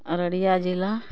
अररिया जिला